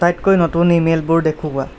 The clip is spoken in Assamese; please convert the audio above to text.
আটাইতকৈ নতুন ইমেইলবোৰ দেখুওৱা